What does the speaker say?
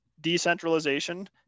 decentralization